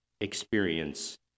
experience